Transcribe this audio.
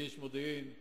לאיש מודיעין,